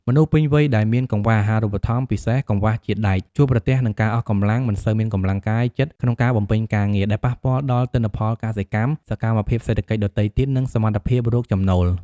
មនុស្សពេញវ័យដែលមានកង្វះអាហារូបត្ថម្ភ ពិសេសកង្វះជាតិដែក ជួបប្រទះនឹងការអស់កម្លាំង មិនសូវមានកម្លាំងកាយចិត្តក្នុងការបំពេញការងារ ដែលប៉ះពាល់ដល់ទិន្នផលកសិកម្ម សកម្មភាពសេដ្ឋកិច្ចដទៃទៀត និងសមត្ថភាពរកចំណូល។